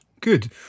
good